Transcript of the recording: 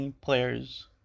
players